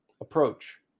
approach